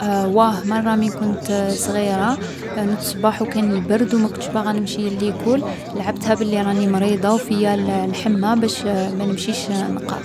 واه مرة من كنت صغيرة. نضت الصباح و كان البرد و ما كنتش باغا نمشي ليكول. لعبتها بلي راني مريضة و فيا الـ الحمة باش ما نمشيش نقرا.